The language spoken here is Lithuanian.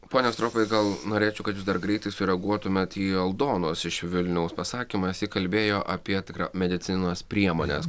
pone strofai gal norėčiau kad jūs dar greitai sureaguotumėt į aldonos iš vilniaus pasakymas ji kalbėjo apie tikrą medicinos priemones